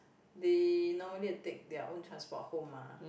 they normally take their own transport home mah